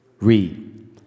Read